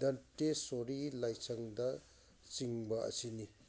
ꯗꯟꯇꯦꯁꯁꯣꯔꯤ ꯂꯥꯏꯁꯪꯅꯆꯤꯡꯕ ꯑꯁꯤꯅꯤ